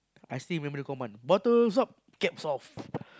I still remember the command bottles up caps off